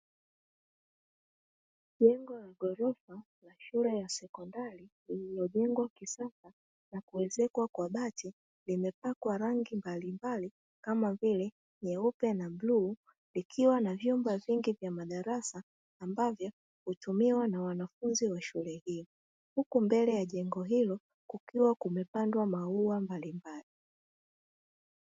Jengo la ghorofa la shule ya sekondari iliyojengwa kisasa na kuezekwa kwa bati, limepakwa rangi mbalimbali kama vile nyeupe na bluu ikiwa na vyumba vingi vya madarasa ambavyo hutumiwa na wanafunzi wa shule hii, huku mbele ya jengo hilo kukiwa kumepandwa maua mbalimbali.